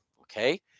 okay